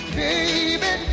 baby